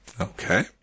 Okay